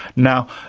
now,